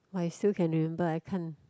!wah! you still remember I can't